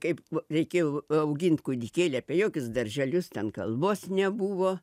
kaip reikėjo augint kūdikėlį apie jokius darželius ten kalbos nebuvo